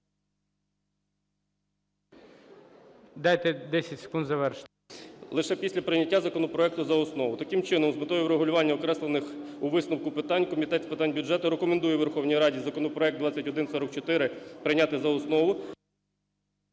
Дайте 10 секунд завершити. КУЗБИТ Ю.М. Лише після прийняття законопроекту за основу. Таким чином, з метою врегулювання окреслених у висновку питань Комітет з питань бюджету рекомендує Верховній Раді законопроект 2144 прийняти за основу…